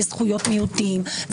וזכויות מיעוטים,